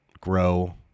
grow